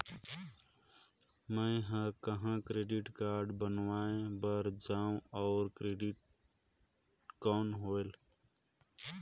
मैं ह कहाँ क्रेडिट कारड बनवाय बार जाओ? और क्रेडिट कौन होएल??